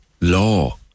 Law